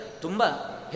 Tumba